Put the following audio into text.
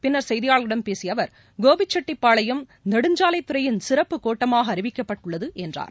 பின்னா் செய்தியாளா்களிடம் பேசிய அவா் கோபிச்செட்டிப்பாளையம் நெடுஞ்சாலைத் துறையின் சிறப்புப் கோட்டமாக அறிவிக்கப்பட்டுள்ளது என்றார்